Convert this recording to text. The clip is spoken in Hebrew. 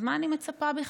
אז מה אני מצפה בכלל?